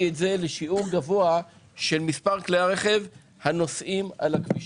את זה לשיעור גבוה של מספר כלי הרכב הנוסעים על הכבישים.